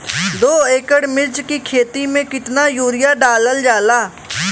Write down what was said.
दो एकड़ मिर्च की खेती में कितना यूरिया डालल जाला?